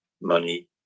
money